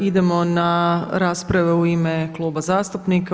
Idemo na rasprave u ime kluba zastupnika.